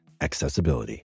accessibility